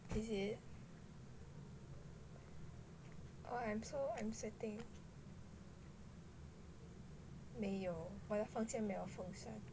is it oh I'm so I'm sweating 没有我的房间没有风扇